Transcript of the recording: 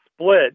split